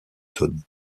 tonne